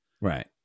Right